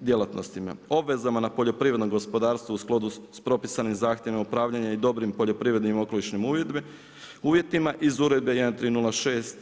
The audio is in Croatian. djelatnostima, obvezama na poljoprivrednim gospodarstvu u skladu s propisanim zahtjevima upravljanja i dobrim poljoprivrednim okolišnim uvjetima iz Uredbe 1306/